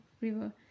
river